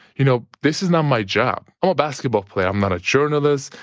you know this is not my job. i'm a basketball player. i'm not a journalist,